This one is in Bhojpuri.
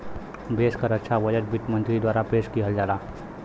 देश क रक्षा बजट वित्त मंत्री द्वारा पेश किहल जाला